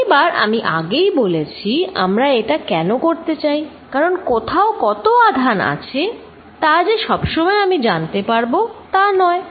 এবার আমি আগেই বলেছি আমরা এটা কেন করতে চাই কারণ কোথাও কত আধান আছে তা যে আমি সবসময় জানতে পারবো তা নয়